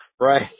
Right